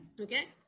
Okay